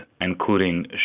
including